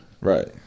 Right